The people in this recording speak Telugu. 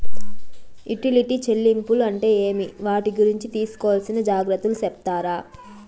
యుటిలిటీ చెల్లింపులు అంటే ఏమి? వాటి గురించి తీసుకోవాల్సిన జాగ్రత్తలు సెప్తారా?